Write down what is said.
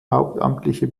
hauptamtliche